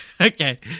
Okay